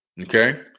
okay